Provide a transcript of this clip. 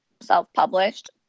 self-published